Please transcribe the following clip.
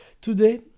today